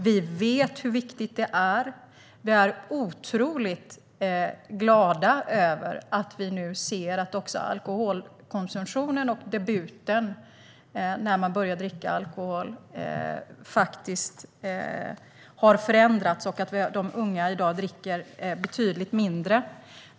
Vi vet hur viktigt det är, och vi är mycket glada över att alkoholdebuten och konsumtionen har förändrats och att unga i dag dricker betydligt mindre.